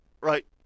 Right